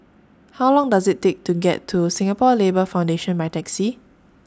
How Long Does IT Take to get to Singapore Labour Foundation By Taxi